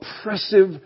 oppressive